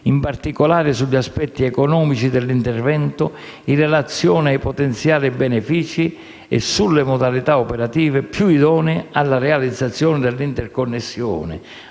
in particolare sugli aspetti economici dell'intervento in relazione ai potenziali benefici e sulle modalità operative più idonee alla realizzazione dell'interconnessione,